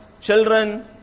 children